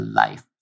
life